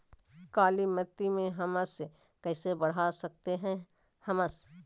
कालीमती में हमस कैसे बढ़ा सकते हैं हमस?